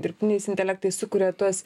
dirbtiniais intelektais sukuria tuos